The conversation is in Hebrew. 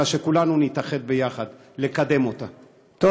אלא כולנו נתאחד לקדם אותה יחד.